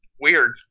weird